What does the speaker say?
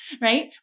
Right